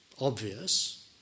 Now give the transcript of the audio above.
obvious